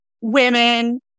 women